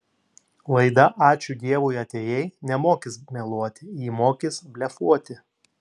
laida ačiū dievui atėjai nemokys meluoti ji mokys blefuoti